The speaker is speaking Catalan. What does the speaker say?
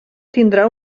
tindrà